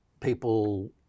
people